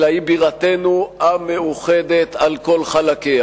אלא היא בירתנו המאוחדת על כל חלקיה.